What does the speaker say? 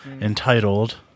entitled